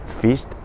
feast